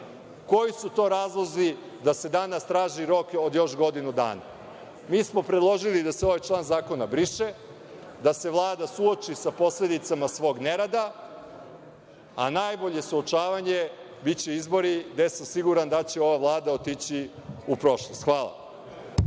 koji su to razlozi da se danas traži rok od još godinu dana. Mi smo predložili da se ovaj član zakona briše, da se Vlada suoči sa posledicama svog nerada, a najbolje suočavanje biće izbori, gde sam siguran da će ova Vlada otići u prošlost. Hvala.